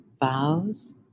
vows